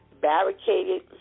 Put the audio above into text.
barricaded